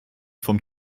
vom